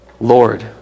Lord